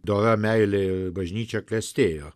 dora meilė bažnyčia klestėjo